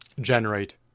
generate